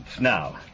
Now